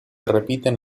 repiten